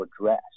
address